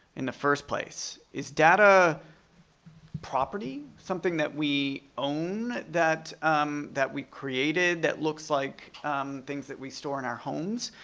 in the first place? is data property, something that we own that um that we created, that looks like things that we store in our homes?